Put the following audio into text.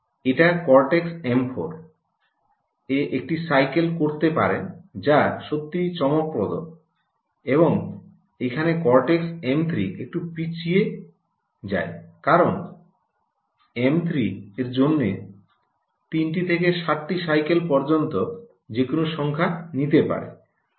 এটা cortex M 4 এ একটি সাইকেলে করতে পারেন যা সত্যিই চমকপ্দ এবং এখানে কর্টেক্স এম 3 একটু পিছিয়ে যায় কারণ এম 3 এর জন্য 3 থেকে 7 টি সাইকেল পর্যন্ত যে কোনও সংখ্যা নিতে পারে